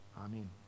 Amen